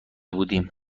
بودیم